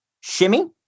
shimmy